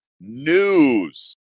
news